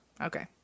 okay